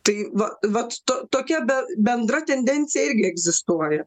tai va vat to tokia be bendra tendencija irgi egzistuoja